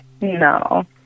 No